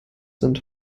sind